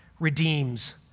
redeems